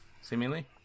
seemingly